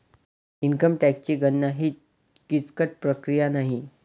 income टॅक्सची गणना ही किचकट प्रक्रिया नाही